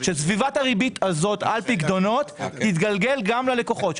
שסביבת הריבית הזאת על פקדונות תתגלגל גם ללקוחות.